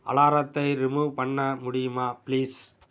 அலாரத்தை ரிமூவ் பண்ண முடியுமா ப்ளீஸ்